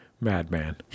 madman